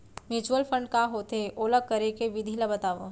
mutual fund का होथे, ओला करे के विधि ला बतावव